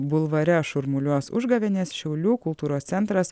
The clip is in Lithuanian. bulvare šurmuliuos užgavėnės šiaulių kultūros centras